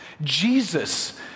Jesus